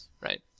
Right